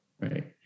right